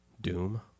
Doom